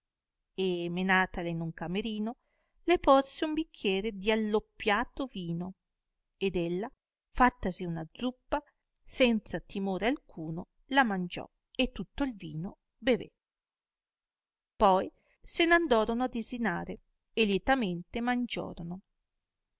e menatala in un camerino le porse un bicchiere di alloppiato vino ed ella fattasi una zuppa senza timore alcuno la mangiò e tutto il vino beve poi se n andorono a desinare e lietamente mangiorono